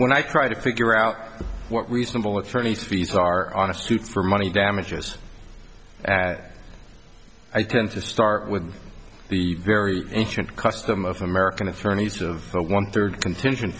when i try to figure out what reasonable attorneys fees are on a suit for money damages i tend to start with the very ancient custom of american attorneys of one third cont